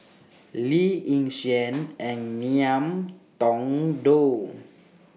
Lee Yi Shyan and Ngiam Tong Dow